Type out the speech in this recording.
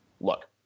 look